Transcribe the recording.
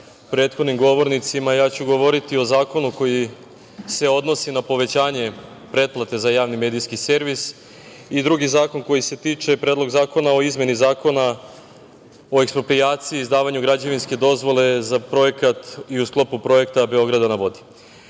prethodnim govornicima, ja ću govoriti o zakonu koji se odnosi na povećanje pretplate za javni medijski servis i drugi zakon, Predlog zakona o izmeni Zakona o eksproprijaciji o izdavanju građevinske dozvole za projekat i u sklopu projekta Beograd na vodi. Kada